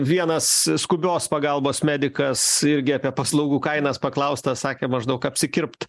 vienas skubios pagalbos medikas irgi apie paslaugų kainas paklaustas sakė maždaug apsikirpt